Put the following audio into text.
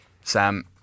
Sam